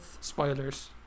spoilers